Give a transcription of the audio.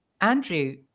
Andrew